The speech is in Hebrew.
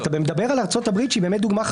זו אמירה שיש לי השגה מקצועית לגביה,